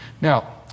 Now